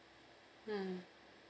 mm